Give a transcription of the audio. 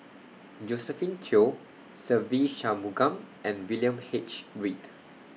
Josephine Teo Se Ve Shanmugam and William H Read